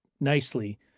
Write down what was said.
nicely